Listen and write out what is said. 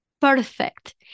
perfect